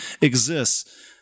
exists